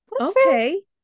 okay